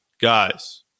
guys